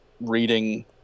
reading